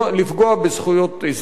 בזכויות אזרח,